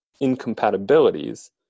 incompatibilities